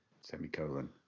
semicolon